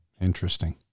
Interesting